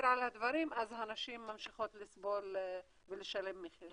על הדברים אז הנשים ממשיכות לסבול ולשלם מחיר.